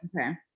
okay